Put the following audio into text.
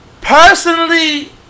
Personally